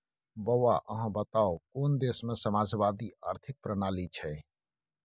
बौआ अहाँ बताउ कोन देशमे समाजवादी आर्थिक प्रणाली छै?